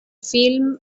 filme